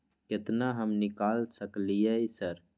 केतना हम निकाल सकलियै सर?